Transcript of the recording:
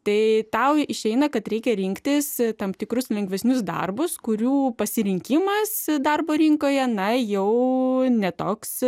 tai tau išeina kad reikia rinktis tam tikrus lengvesnius darbus kurių pasirinkimas darbo rinkoje na jau ne toks